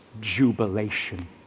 jubilation